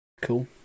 cool